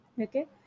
Okay